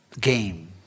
game